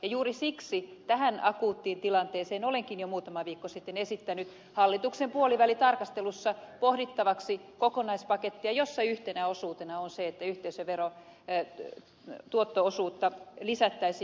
juuri siksi tähän akuuttiin tilanteeseen olenkin jo muutama viikko sitten esittänyt hallituksen puolivälitarkastelussa pohdittavaksi kokonaispakettia jossa yhtenä osuutena on se että yhteisöveron tuotto osuutta kunnille lisättäisiin